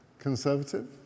Conservative